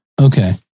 Okay